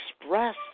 express